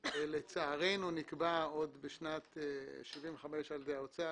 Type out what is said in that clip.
לצערנו נקבע עוד בשנת 1975 על ידי האוצר,